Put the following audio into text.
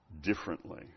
differently